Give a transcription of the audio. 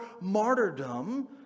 martyrdom